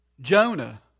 Jonah